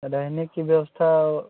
रहने की व्यवस्था